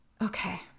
Okay